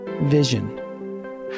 vision